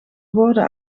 woorden